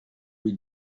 bize